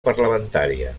parlamentària